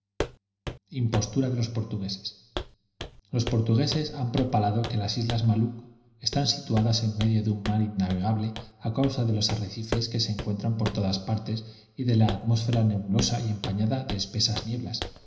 de los portugueses los portugueses han propalado que las islas malucco están situadas en medio de un mar innavegable a causa de los arrecifes que se encuentran por todas partes y de la atmósfera nebulosa y empañada de espesas nieblas